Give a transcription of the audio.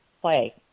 play